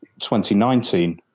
2019